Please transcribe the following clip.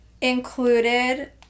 included